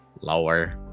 Lower